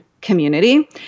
community